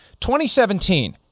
2017